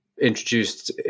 introduced